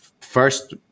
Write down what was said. first